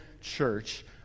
church